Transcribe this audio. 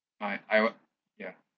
I I w~ ya